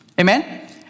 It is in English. Amen